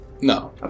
No